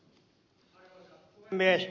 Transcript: arvoisa puhemies